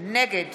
נגד